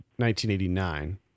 1989